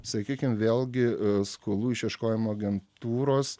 sakykim vėlgi skolų išieškojimo agentūros